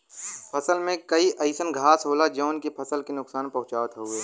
फसल में कई अइसन घास होला जौन की फसल के नुकसान पहुँचावत हउवे